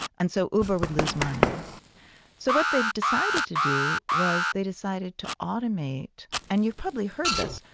and so uber would lose money so what they decided to do was they decided to automate and you've probably heard this.